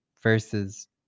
versus